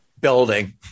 Building